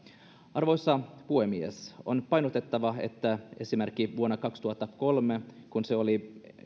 arvoisa puhemies on painotettava että esimerkiksi vuonna kaksituhattakolme kun oli